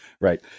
right